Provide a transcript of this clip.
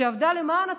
שעבדה למען הציבור,